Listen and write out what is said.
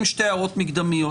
שתי הערות מקדמיות.